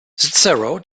cicero